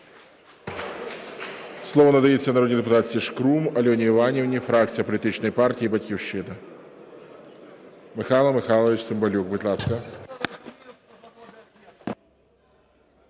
Слово надається народній депутатці Шкрум Альоні Іванівні, фракція політичної партії "Батьківщина".